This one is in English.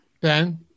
Ben